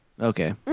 Okay